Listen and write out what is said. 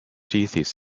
thesis